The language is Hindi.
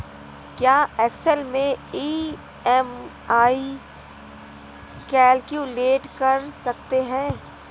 क्या एक्सेल में ई.एम.आई कैलक्यूलेट कर सकते हैं?